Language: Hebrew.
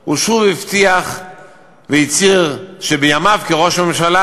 הוא שוב הבטיח והצהיר שבימיו כראש הממשלה